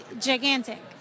gigantic